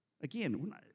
Again